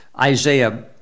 Isaiah